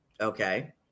Okay